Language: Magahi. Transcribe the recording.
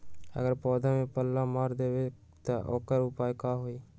अगर पौधा में पल्ला मार देबे त औकर उपाय का होई?